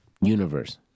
universe